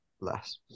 less